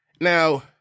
Now